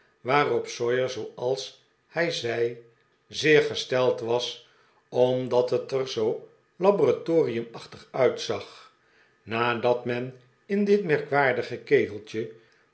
waarop sawyer zooals hij zei zeer gesteld was omdat het er zoo laboratoriumachtig uitzag nadat men in dit merkwaardige keteltje